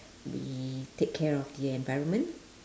we take care of the environment